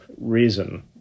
reason